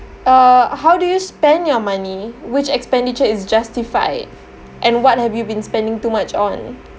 uh how do you spend your money which expenditure is justified and what have you been spending too much on